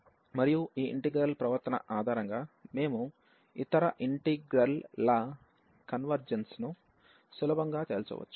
మరియు ఈ ఇంటిగ్రల్ ప్రవర్తన ఆధారంగా మేము ఇతర ఇంటిగ్రల్ ల కన్వర్జెన్స్ ను సులభంగా తేల్చవచ్చు